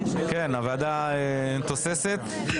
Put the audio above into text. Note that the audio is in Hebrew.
הוועדה תוססת.